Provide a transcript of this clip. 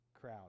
crowd